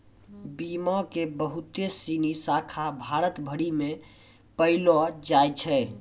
बीमा के बहुते सिनी शाखा भारत भरि मे पायलो जाय छै